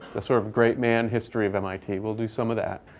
the sort of great man history of mit. we'll do some of that.